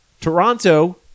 Toronto